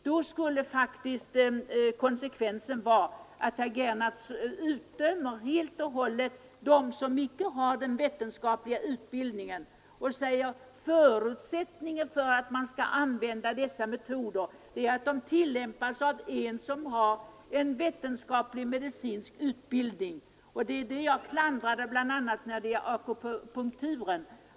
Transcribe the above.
Då skulle väl konsekvensen bli att herr Gernandt helt och hållet utdömer dem som icke har vetenskaplig utbildning och att han säger att förutsättningen för att dessa metoder skall få användas är att de tillämpas av en som har vetenskapligt medicinsk utbildning. Det var detta jag klandrade, bl.a. när det gäller akupunkturen.